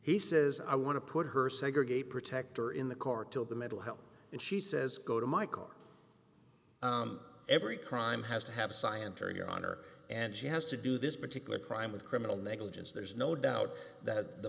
he says i want to put her segregate protector in the court till the mental health and she says go to michael every crime has to have scienter your honor and she has to do this particular crime with criminal negligence there's no doubt that the